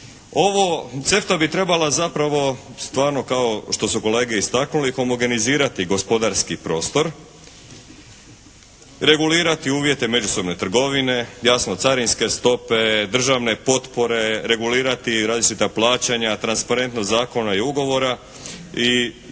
Ovo CEFTA bi trebala zapravo stvarno kao što su kolege istaknuli, homogenizirati gospodarski prostor, regulirati uvjete međusobne trgovine, jasno carinske stope, državne potpore, regulirati različita plaćanja, transparentnost zakona i ugovora i područje